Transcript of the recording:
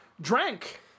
Drank